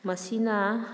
ꯃꯁꯤꯅ